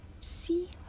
see